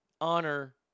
honor